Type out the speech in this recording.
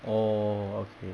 oh okay